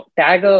tag